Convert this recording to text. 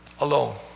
alone